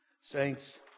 Saints